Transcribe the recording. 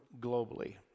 globally